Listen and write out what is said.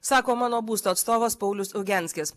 sako mano būsto atstovas paulius ugianskis